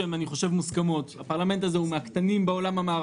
אני חושב,